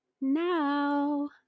now